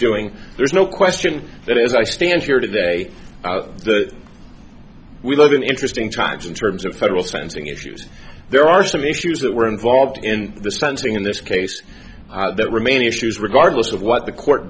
doing there's no question that as i stand here today the we live in interesting times in terms of federal sentencing issues there are some issues that were involved in this fencing in this case that remain issues regardless of what the court